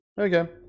Okay